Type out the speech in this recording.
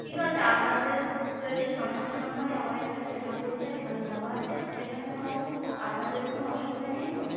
ঠিক আছে আপনাদের যদি সমস্যা না হয় আমার একটা চেনা পরিচয় ভালো ধাবা আছে সেখানে খামালায় আপনাদের কোনো অসুবিধা নেই তো